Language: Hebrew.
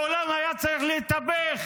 העולם היה צריך להתהפך,